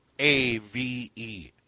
A-V-E